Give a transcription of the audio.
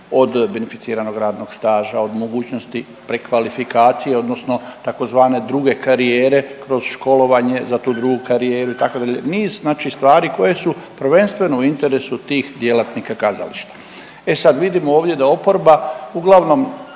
od beneficiranog radnog staža, od mogućnosti prekvalifikacije odnosno tzv. druge karije kroz školovanje za tu drugu karijeru itd., niz znači stvari koje su prvenstveno u interesu tih djelatnika kazališta. E sad, vidimo ovdje da oporba uglavnom